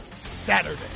Saturday